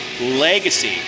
legacy